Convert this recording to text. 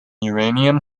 uranium